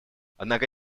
однако